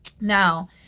now